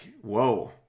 whoa